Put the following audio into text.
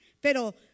Pero